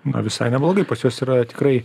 na visai neblogai pas juos yra tikrai